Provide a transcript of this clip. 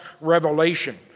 revelation